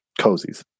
cozies